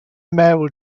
mayoral